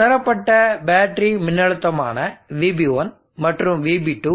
உணரப்பட்ட பேட்டரி மின்னழுத்தமான VB1 மற்றும் Vb2